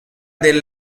del